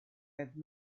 had